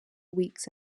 weeks